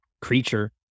creature